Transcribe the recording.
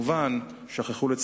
ואני חושב שאז הוא יידחה ולא